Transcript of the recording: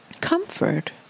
Comfort